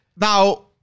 now